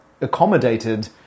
accommodated